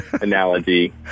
analogy